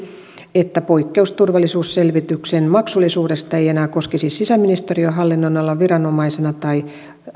että poikkeus turvallisuusselvityksen maksullisuudesta ei enää koskisi sisäministeriön hallinnonalan viranomaisen tai